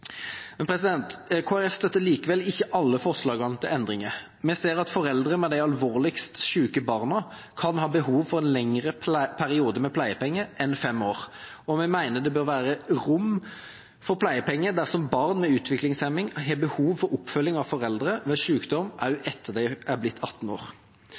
Men Kristelig Folkeparti støtter likevel ikke alle forslagene til endringer. Vi ser at foreldre med de alvorligst syke barna kan ha behov for en lengre periode med pleiepenger enn fem år, og vi mener det bør være rom for pleiepenger dersom barn med utviklingshemning har behov for oppfølging av foreldre ved sykdom også etter de har blitt 18 år.